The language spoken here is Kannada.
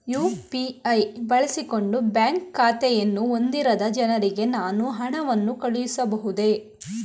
ಯು.ಪಿ.ಐ ಬಳಸಿಕೊಂಡು ಬ್ಯಾಂಕ್ ಖಾತೆಯನ್ನು ಹೊಂದಿರದ ಜನರಿಗೆ ನಾನು ಹಣವನ್ನು ಕಳುಹಿಸಬಹುದೇ?